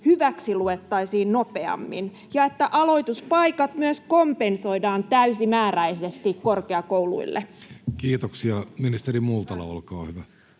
hyväksiluettaisiin nopeammin ja että aloituspaikat myös kompensoidaan täysimääräisesti korkeakouluille? Kiitoksia. — Ministeri Multala, olkaa hyvä.